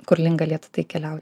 kur link galėtų tai keliau